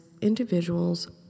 individuals